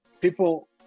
people